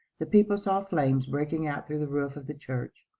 the people saw flames breaking out through the roof of the church.